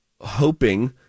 hoping